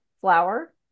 flour